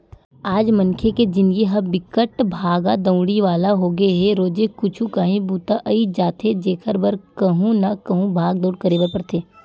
आज मनखे के जिनगी ह बिकट भागा दउड़ी वाला होगे हे रोजे कुछु काही बूता अई जाथे जेखर बर कहूँ न कहूँ भाग दउड़ करे बर परथे